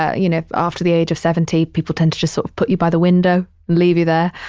ah you know, after the age of seventy. people tend to just sort of put you by the window, leave you there,